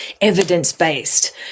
evidence-based